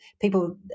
people